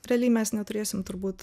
realiai mes neturėsim turbūt